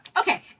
Okay